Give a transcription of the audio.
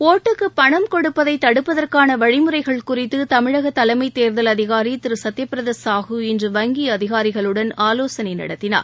ஒட்டுக்கு பணம் கொடுப்பதை தடுப்பதற்கான வழிமுறைகள் குறித்து தமிழக தலைமைத் தேர்தல் அதிகாரி திரு சத்யபிரதா சாஹூ இன்று வங்கி அதிகாரிகளுடன் ஆவோசனை நடத்தினார்